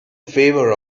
favor